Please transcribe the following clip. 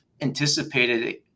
anticipated